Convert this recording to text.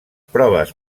proves